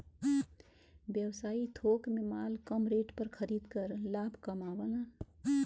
व्यवसायी थोक में माल कम रेट पर खरीद कर लाभ कमावलन